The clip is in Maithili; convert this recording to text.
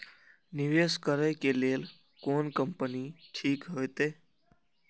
निवेश करे के लेल कोन कंपनी ठीक होते?